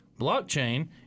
Blockchain